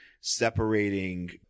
separating